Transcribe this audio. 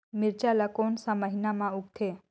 मिरचा ला कोन सा महीन मां उगथे?